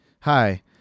Hi